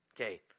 Okay